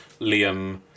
Liam